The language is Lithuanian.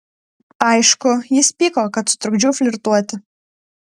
aišku jis pyko kad sutrukdžiau flirtuoti